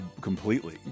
Completely